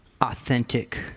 authentic